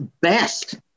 best